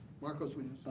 marcos, when